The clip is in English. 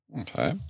Okay